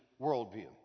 worldview